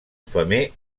femer